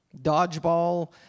Dodgeball